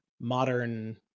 modern